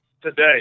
Today